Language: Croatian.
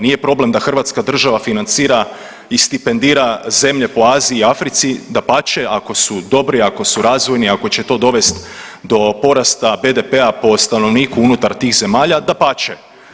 Nije problem da hrvatska država financira i stipendira zemlje po Aziji i Africi, dapače ako su dobri, ako su razvojni, ako će to dovesti do porasta BDP-a po stanovniku unutar tih zemalja dapače.